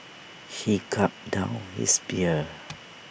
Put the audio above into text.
he gulped down his beer